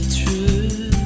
true